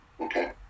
Okay